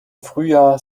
frühjahr